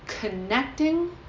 connecting